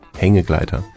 Hängegleiter